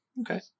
Okay